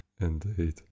indeed